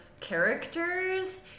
characters